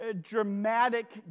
dramatic